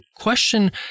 Question